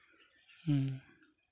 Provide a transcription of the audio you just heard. ᱦᱮᱸ